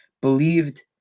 believed